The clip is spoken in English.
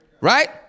Right